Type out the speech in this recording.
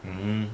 mm